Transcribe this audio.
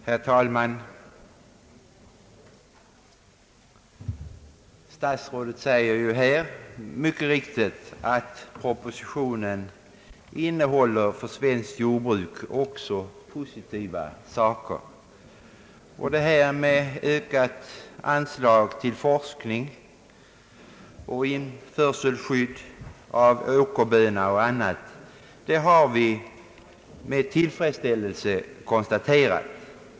Herr talman! Herr statsrådet säger mycket riktigt att propositionen också innehåller för svenskt jordbruk positiva saker, Detta med ökat anslag till forskning och med införselskydd för åkerbönor och annat har vi med tillfredsställelse konstaterat.